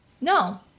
No